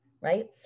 right